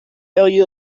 value